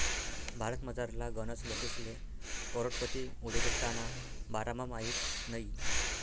भारतमझारला गनच लोकेसले करोडपती उद्योजकताना बारामा माहित नयी